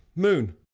moon.